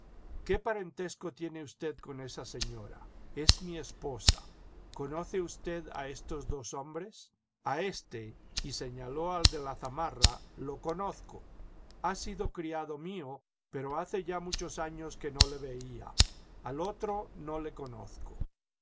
qué parentesco tiene usted con esa señora es mi esposa conoce usted a estos dos hombres a éste y señaló al de la zamarra lo conozco ha sido criado mío pero hace ya muchos años que no le veía al otro no le conozco